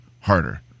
harder